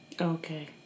okay